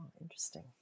interesting